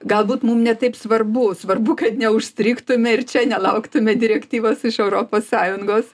galbūt mum ne taip svarbu svarbu kad neužstrigtume ir čia nelauktume direktyvos iš europos sąjungos